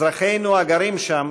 אזרחנו הגרים שם